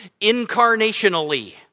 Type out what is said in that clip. Incarnationally